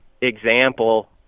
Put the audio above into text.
example